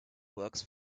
works